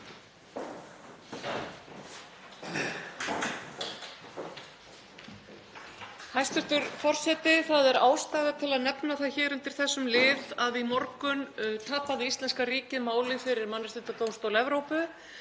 Hæstv. forseti. Það er ástæða til að nefna það hér undir þessum lið að í morgun tapaði íslenska ríkið máli fyrir Mannréttindadómstóli Evrópu